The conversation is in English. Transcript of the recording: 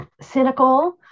cynical